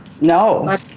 No